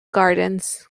gardens